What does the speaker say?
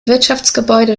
wirtschaftsgebäude